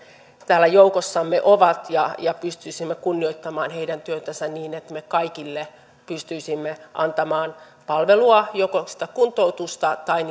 täällä joukossamme ovat ja ja pystyisimme kunnioittamaan heidän työtänsä niin että me kaikille pystyisimme antamaan palvelua joko sitä kuntoutusta tai